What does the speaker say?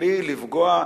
בלי לפגוע.